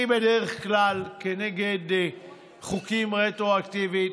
אני בדרך כלל נגד חוקים רטרואקטיביים.